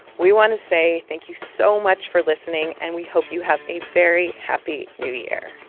we want to say thank you so much for listening, and we hope you have a very happy new year